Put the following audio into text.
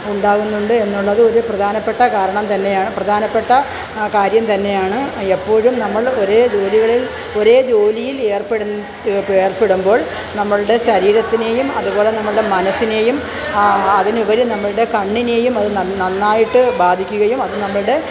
ഉണ്ടാകുന്നുണ്ട് എന്നുള്ളത് ഒരു പ്രധാനപ്പെട്ട കാരണം തന്നെയാണ് പ്രധാനപ്പെട്ട കാര്യം തന്നെയാണ് എപ്പോഴും നമ്മൾ ഒരേ ജോലികളിൽ ഒരേ ജോലിയിൽ ഏർപ്പെട് ഏർപ്പെടുമ്പോൾ നമ്മളുടെ ശരീരത്തിനെയും അതു പോലെ നമ്മളുടെ മനസ്സിനെയും അതിനുപരി നമ്മളുടെ കണ്ണിനെയും അത് നന്നായിട്ടു ബാധിക്കുകയും അത് നമ്മളുടെ